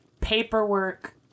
paperwork